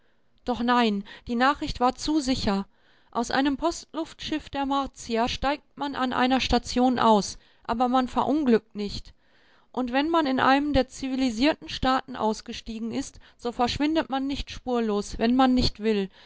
doch nein die nachricht war zu sicher aus einem postluftschiff der martier steigt man an einer station aus aber man verunglückt nicht und wenn man in einem der zivilisierten staaten ausgestiegen ist so verschwindet man nicht spurlos wenn man nicht will